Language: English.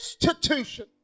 institution